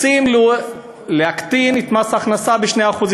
רוצים להקטין את מס הכנסה ב-2%,